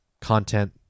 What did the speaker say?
content